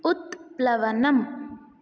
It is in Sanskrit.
उत्प्लवनम्